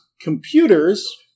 Computers